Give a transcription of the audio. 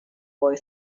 boy